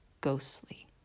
ghostly